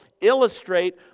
illustrate